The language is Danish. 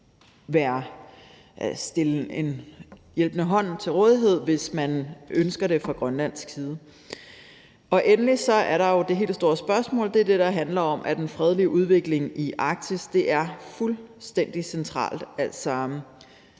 Danmark bør stille sig behjælpelig til rådighed for, hvis man ønsker det fra grønlandsk side. Endelig er der jo det helt store spørgsmål, nemlig det, der handler om, at en fredelig udvikling i Arktis er fuldstændig centralt.